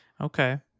Okay